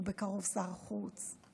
ובקרוב שר החוץ,